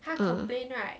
ah